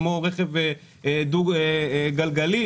כמו רכב דו גלגלי,